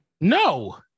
No